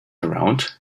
around